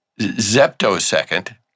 zeptosecond